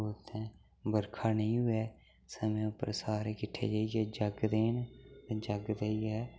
उ'त्थें बरखा नेईं होऐ समें उप्पर सारे किट्ठे जाइयै जग्ग देन ते जग्ग देइयै